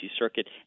Circuit